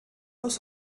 aus